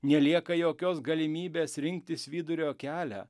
nelieka jokios galimybės rinktis vidurio kelią